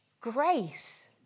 grace